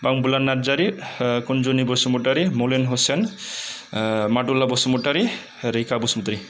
Bambula Narzary Kunjuni Basumatary Malen Hussain Madula Basumatary Raikha Basumatary